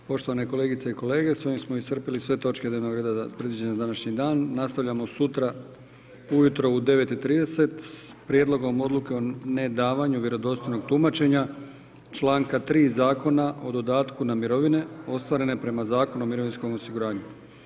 Poštovane kolegice i kolege, s ovim smo iscrpili sve točke dnevnog reda predviđene na današnji dan, nastavljamo sutra ujutro u 9 i 30 s Prijedlogom Odluke o nedavanju vjerodostojnog tumačenja članka 3. Zakona o dodatku na mirovine ostvarene prema Zakonu o mirovinskom osiguranju.